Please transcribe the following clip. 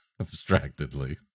abstractedly